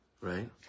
right